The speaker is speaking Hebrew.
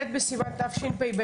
ט' בסיוון התשפ"ב.